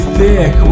thick